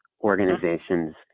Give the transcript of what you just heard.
organizations